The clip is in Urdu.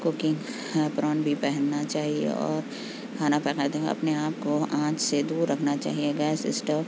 کوکنگ ایپرون بھی پہننا چاہیے اور کھانا بناتے وقت اپنے آپ کو آنچ سے دور رکھنا چاپیے گیس اسٹوپ